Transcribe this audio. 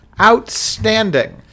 outstanding